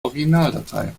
originaldatei